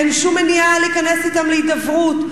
אין שום מניעה להיכנס אתם להידברות.